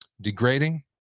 degrading